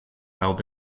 held